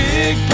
Big